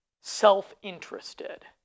self-interested